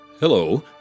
Hello